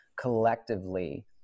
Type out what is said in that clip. collectively